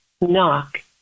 Knock